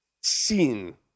seen